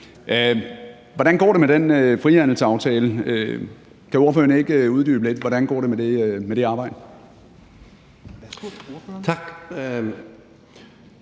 Hvordan går det med den frihandelsaftale? Kan ordføreren ikke uddybe lidt, hvordan det går med det arbejde? Kl.